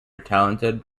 talented